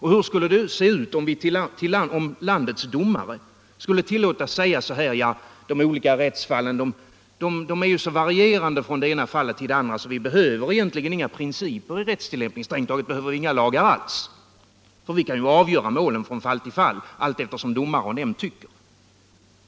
Hur skulle det se ut om landets domare skulle tillåtas säga: De olika rättsfallen är ju så varierande, att vi egentligen inte behöver några principer för rättstilllämpningen, och strängt taget behöver vi inga lagar alls, för vi kan ju avgöra målen från fall till fall, allteftersom domare och nämnd tycker!